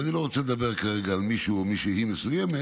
ואני לא רוצה לדבר כרגע על מישהו או מישהי מסוימת,